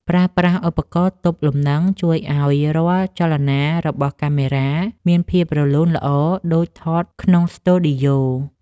ប្រើប្រាស់ឧបករណ៍ទប់លំនឹងជួយឱ្យរាល់ចលនារបស់កាមេរ៉ាមានភាពរលូនល្អដូចថតក្នុងស្ទូឌីយោ។